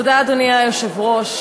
אדוני היושב-ראש,